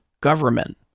government